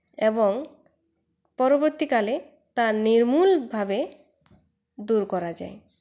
এবং পরবর্তীকালে তা নির্মূলভাবে দূর করা যায়